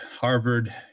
Harvard